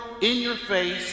in-your-face